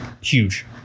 huge